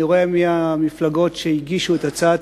אני רואה אילו מפלגות הגישו את הצעת